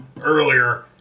earlier